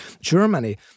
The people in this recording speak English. Germany